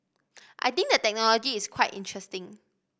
I think the technology is quite interesting